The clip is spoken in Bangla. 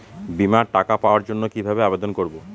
বিমার টাকা পাওয়ার জন্য কিভাবে আবেদন করব?